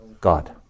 God